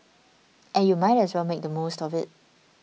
and you might as well make the most of it